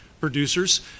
producers